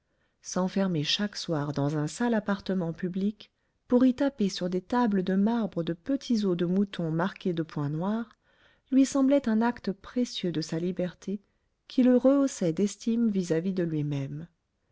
s'enfermer chaque soir dans un sale appartement public pour y taper sur des tables de marbre de petits os de mouton marqués de points noirs lui semblait un acte précieux de sa liberté qui le rehaussait d'estime vis-à-vis de lui-même